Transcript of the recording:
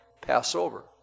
Passover